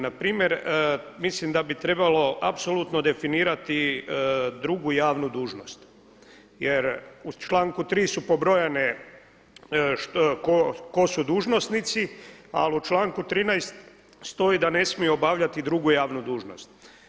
Na primjer mislim da bi trebalo apsolutno definirati drugu javnu dužnost, jer u članku 3. su pobrojane tko su dužnosnici, ali u članku 13. stoji da ne smije obavljati drugu javnu dužnost.